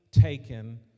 taken